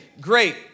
great